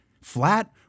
Flat